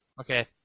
Okay